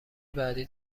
بعدی